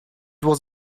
was